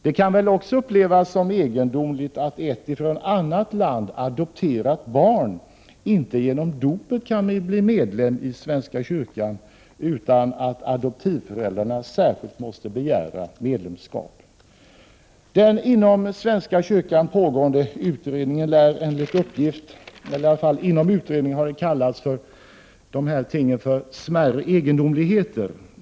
Det kan vidare upplevas som egendomligt att ett från annat land adopterat barn inte genom dopet kan bli medlem i svenska kyrkan, utan att adoptivföräldrarna särskilt måste begära medlemskap. Dessa ting har i den utredning som pågår inom svenska kyrkan kallats för ”smärre egendomligheter”.